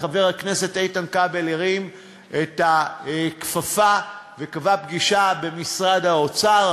וחבר הכנסת איתן כבל הרים את הכפפה וקבע פגישה במשרד האוצר.